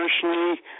personally